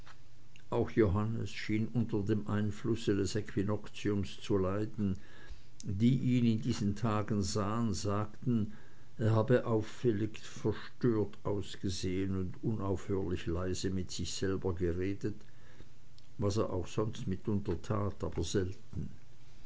auch johannes schien unter dem einflusse des nahen äquinoktiums zu leiden die ihn in diesen tagen sahen sagen er habe auffallend verstört ausgesehen und unaufhörlich leise mit sich selber geredet was er auch sonst mitunter tat aber selten